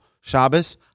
Shabbos